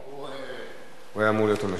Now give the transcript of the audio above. הוא אמור היה להיות המשיב.